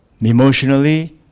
emotionally